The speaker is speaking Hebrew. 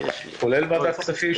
כולל ועדת הכספים,